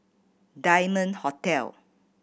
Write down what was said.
Diamond Hotel